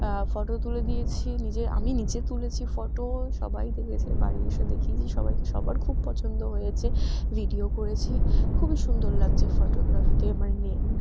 photo তুলে দিয়েছি নিজে আমি নিজে তুলেছি ফটো সবাই দেখেছে বাড়ি এসে দেখিয়েছি সবাইকে সবার খুব পছন্দ হয়েছে ভিডিও করেছি খুবই সুন্দর লাগছে ফটোগ্রাফিতে মানে ন